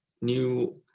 new